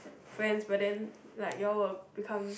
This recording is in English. friends but then like you all will become